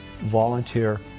Volunteer